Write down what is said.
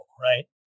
right